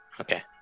okay